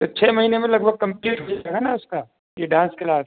तो छ महीने में लग भग कम्पलिट हो जाएगा ना उसका यह डांस कलास